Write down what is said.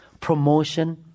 Promotion